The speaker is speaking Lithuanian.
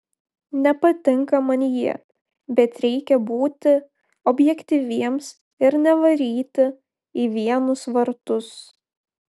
nepatinka man jie bet reikia būti objektyviems ir nevaryti į vienus vartus